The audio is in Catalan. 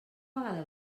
vegada